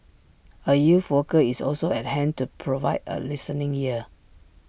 A youth worker is also at hand to provide A listening ear